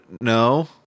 No